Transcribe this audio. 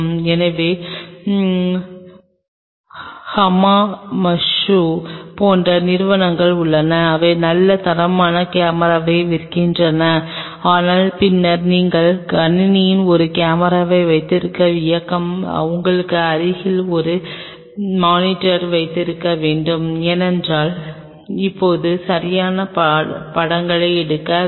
எனவே ஹமாமட்சு போன்ற நிறுவனங்கள் உள்ளன அவை நல்ல தரமான கேமராவை விற்கின்றன ஆனால் பின்னர் நீங்கள் கணினியில் ஒரு கேமராவை வைத்திருக்கும் இயக்கம் உங்களுக்கு அருகில் ஒரு மானிட்டர் வைத்திருக்க வேண்டும் ஏனென்றால் இப்போது சரியான படங்களை எடுக்க வேண்டும்